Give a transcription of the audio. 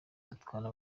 zitwara